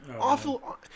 Awful